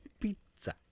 pizza